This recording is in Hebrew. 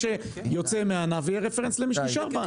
שיוצא מהענף ויהיה רפרנס למי שנשאר בענף.